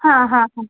हां हां